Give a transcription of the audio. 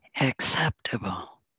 acceptable